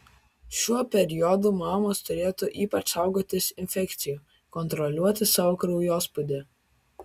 šiuo periodu mamos turėtų ypač saugotis infekcijų kontroliuoti savo kraujospūdį